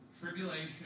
tribulation